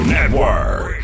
Network